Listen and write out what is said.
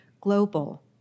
global